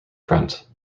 front